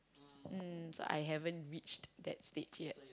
um so I haven't reached that stage yet